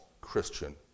Christian